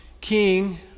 king